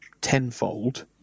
tenfold